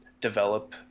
develop